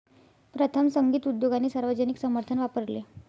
प्रथम, संगीत उद्योगाने सार्वजनिक समर्थन वापरले